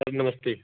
sir नमस्ते